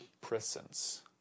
presence